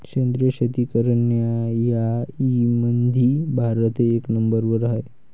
सेंद्रिय शेती करनाऱ्याईमंधी भारत एक नंबरवर हाय